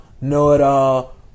know-it-all